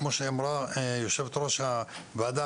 כמו שאמרה יושבת-ראש הוועדה,